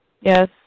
Yes